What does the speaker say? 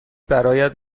برایت